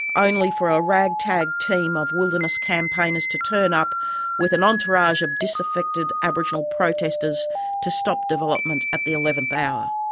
only for a ragtag team of wilderness campaigners to turn up with an entourage of disaffected aboriginal protesters to stop development at the eleventh hour.